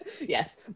Yes